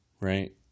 right